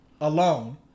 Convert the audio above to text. alone